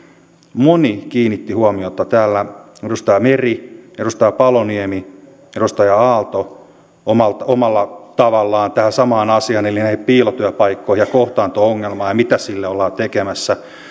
moni kiinnitti huomiota täällä edustaja meri edustaja paloniemi edustaja aalto omalla tavallaan tähän samaan asiaan eli näihin piilotyöpaikkoihin ja kohtaanto ongelmaan ja siihen mitä sille ollaan tekemässä